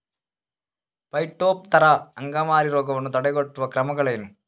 Phytophthora ಅಂಗಮಾರಿ ರೋಗವನ್ನು ತಡೆಗಟ್ಟುವ ಕ್ರಮಗಳೇನು?